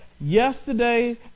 Yesterday